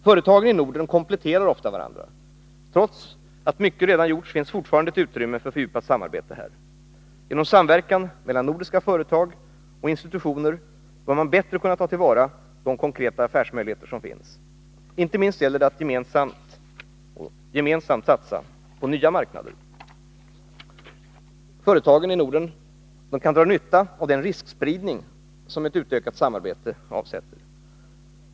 Företagen i Norden kompletterar ofta varandra. Trots att mycket redan gjorts finns fortfarande ett utrymme för fördjupat samarbete. Genom samverkan mellan nordiska företag och institutioner bör man bättre kunna ta till vara de konkreta affärsmöjligheter som finns. Inte minst gäller det att gemensamt satsa på nya marknader. Företagen kan dra nytta av den riskspridning som ett utökat samarbete avsätter.